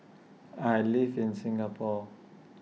I live in Singapore